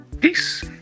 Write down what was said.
peace